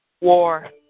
war